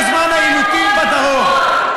בזמן העימותים בדרום,